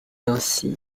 ainsi